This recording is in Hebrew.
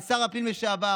לשר הפנים לשעבר,